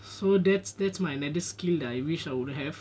so that's that's my another skill I wish I would have